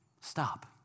Stop